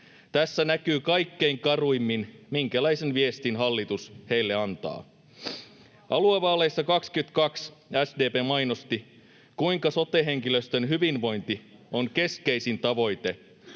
Tässä näkyy kaikkein karuimmin, minkälaisen viestin hallitus heille antaa. [Sanna Antikainen: Kiitos vaan!] Aluevaaleissa 22 SDP mainosti, kuinka sote-henkilöstön hyvinvointi on keskeisin tavoite.